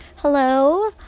Hello